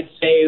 say